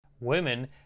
Women